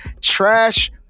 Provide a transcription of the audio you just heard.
trash